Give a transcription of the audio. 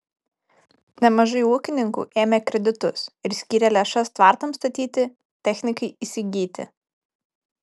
nemažai ūkininkų ėmė kreditus ir skyrė lėšas tvartams statyti technikai įsigyti